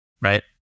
Right